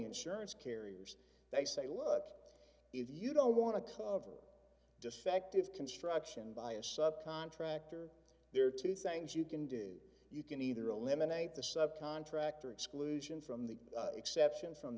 insurance carriers they say look if you don't want to cover defective construction by a sub contractor there are two things you can do you can either eliminate the sub contractor exclusion from the exception from